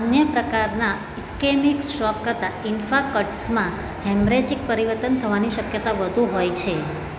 અન્ય પ્રકારના ischaemic stroke કરતાં ઈન્ફાર્ક્ટ્સમાં હેમરેજિક પરિવર્તન થવાની શક્યતા વધુ હોય છે